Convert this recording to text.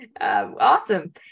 Awesome